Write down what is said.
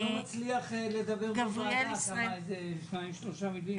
אני לא מצליח לדבר בוועדה שתיים-שלוש מילים.